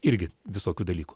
irgi visokių dalykų